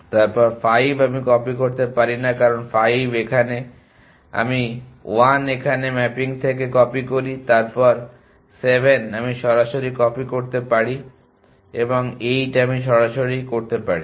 তারপর 5 আমি কপি করতে পারি না কারণ 5 এখানে আমি 1 এখানে ম্যাপিং থেকে কপি করি তারপর 7 আমি সরাসরি কপি করতে পারি এবং 8 আমি সরাসরি করতে পারি